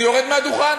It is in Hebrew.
אני יורד מהדוכן.